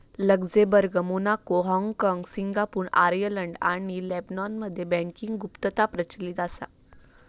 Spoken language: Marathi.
लक्झेंबर्ग, मोनाको, हाँगकाँग, सिंगापूर, आर्यलंड आणि लेबनॉनमध्ये बँकिंग गुप्तता प्रचलित असा